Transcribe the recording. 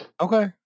Okay